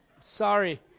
Sorry